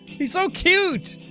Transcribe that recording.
he's so cute!